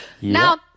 Now